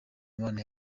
imana